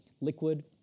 Liquid